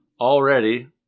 Already